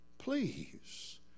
Please